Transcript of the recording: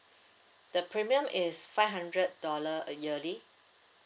the premium is five hundred dollar yearly